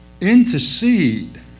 intercede